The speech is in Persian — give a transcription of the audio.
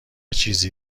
چیزی